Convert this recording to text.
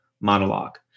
monologue